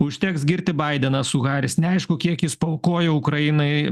užteks girti baideną su haris neaišku kiek jis paaukojo ukrainai